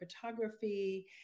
Photography